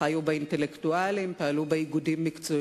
חיו בה אינטלקטואלים, פעלו בה איגודים מקצועיים.